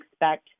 expect